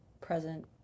present